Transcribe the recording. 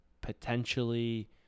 potentially